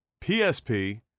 PSP